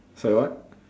sorry what